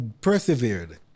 persevered